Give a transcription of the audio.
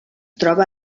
troba